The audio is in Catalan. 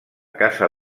casa